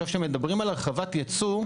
כשמדברים על הרחבת ייצוא,